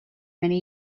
many